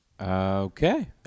Okay